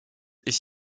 est